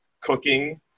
cooking